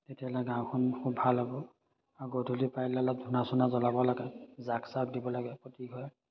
তেতিয়াহ'লে গাঁওখন খুব ভাল হ'ব আৰু গধূলি পাৰিলে অলপ ধূনা চোনা জ্বলাব লাগে জাক চাক দিব লাগে প্ৰতি ঘৰে